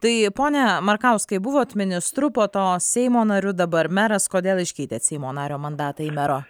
tai pone markauskai buvot ministru po to seimo nariu dabar meras kodėl iškeitėt seimo nario mandatą į mero